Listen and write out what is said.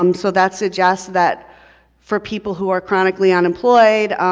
um so that suggests that for people who are chronically unemployed,